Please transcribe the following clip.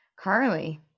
Carly